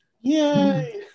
Yay